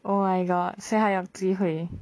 oh my god 谁还有机会